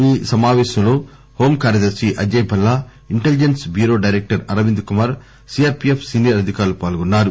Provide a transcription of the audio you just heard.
ఈ సమాపేశంలో హోంకార్యదర్శి Ajay Bhalla intelligence bureau director Arvind Kumar CRPF senior అధికారులు పాల్గొన్నారు